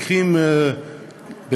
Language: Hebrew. מקרים כמו,